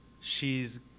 she's-